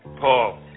Paul